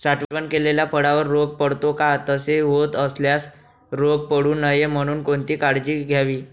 साठवण केलेल्या फळावर रोग पडतो का? तसे होत असल्यास रोग पडू नये म्हणून कोणती काळजी घ्यावी?